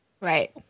right